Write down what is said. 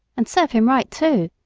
and serve him right, too,